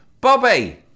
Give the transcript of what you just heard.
Bobby